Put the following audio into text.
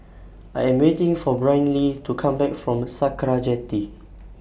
I Am waiting For Brynlee to Come Back from Sakra Jetty